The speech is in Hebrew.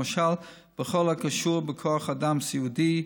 למשל בכל הקשור בכוח אדם סיעודי,